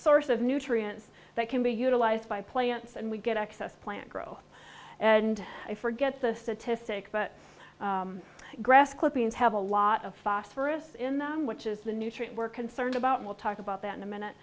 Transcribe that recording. source of nutrients that can be utilized by plants and we get access to plant growth and i forget the statistics but grass clippings have a lot of phosphorus in them which is the nutrient we're concerned about we'll talk about that in a minute